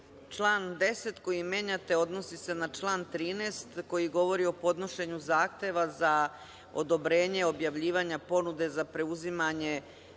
Član 10. koji menjate odnosi se na član 13. koji govori o podnošenju zahteva za odobrenje objavljivanja ponude za preuzimanje